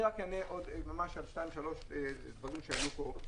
אני אענה על שתיים-שלוש דברים שעלו פה.